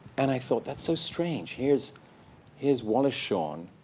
and i thought, that's so strange. here's here's wallace shawn,